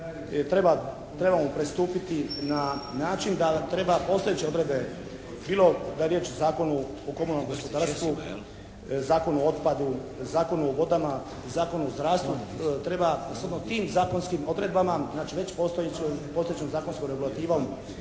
treba mu pristupiti na način da treba postojeće odredbe bilo da je riječ o Zakonu o komunalnom gospodarstvu, Zakonu o otpadu, Zakonu o vodama, Zakonu o zdravstvu treba samo tim zakonskim odredbama znači već postojećom zakonskom regulativom